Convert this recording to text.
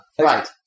Right